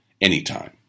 anytime